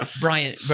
Brian